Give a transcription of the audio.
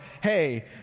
hey